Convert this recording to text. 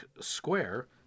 Square